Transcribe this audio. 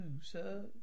sir